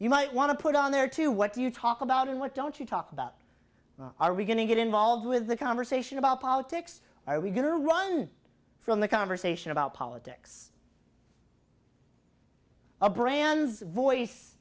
you might want to put on there too what do you talk about and what don't you talk about are we going to get involved with the conversation about politics are we going to run from the conversation about politics or brands a voice